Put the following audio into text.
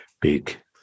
Big